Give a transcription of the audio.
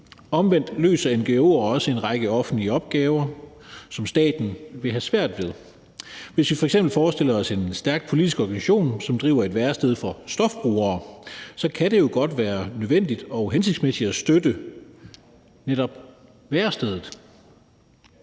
Omvendt løser ngo'er også en række offentlige opgaver, som staten ville have svært ved at løse. Hvis vi f.eks. forestiller os en stærk politisk organisation, som driver et værested for stofbrugere, kan det jo godt være nødvendigt og hensigtsmæssigt at støtte netop værestedet.